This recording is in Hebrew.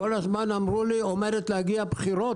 כל הזמן אמרו לי: "עומדות להגיע הבחירות.